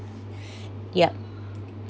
yup